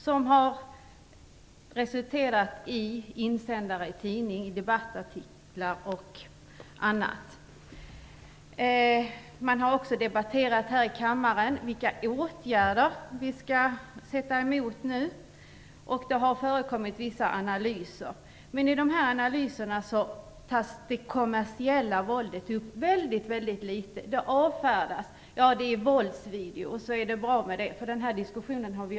Det har bl.a. resulterat i insändare och i debattartiklar i tidningar. Man har här i kammaren också debatterat vilka motåtgärder som vi nu skall sätta in, och det har gjorts vissa analyser. I dessa analyser tas dock det kommersiella våldet upp mycket litet. Det avfärdas med ett konstaterande av att det är fråga om våldsvideor, och sedan får saken bero. Vi har hört den diskussionen förut.